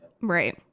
right